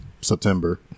September